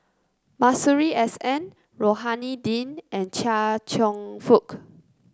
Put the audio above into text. Masuri S N Rohani Din and Chia Cheong Fook